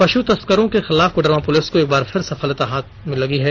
पशु तस्करों के खिलाफ कोडरमा पुलिस को एक बार फिर बड़ी सफलता मिली है